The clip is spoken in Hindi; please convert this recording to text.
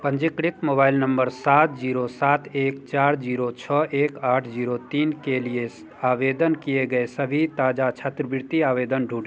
पंजीकृत मोबाइल नंबर सात जीरो सात एक चार जीरो छः एक आठ जीरो तीन के लिए आवेदन किए गए सभी ताजा छात्रवृत्ति आवेदन ढूँ